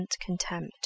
contempt